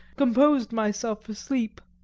composed myself for sleep.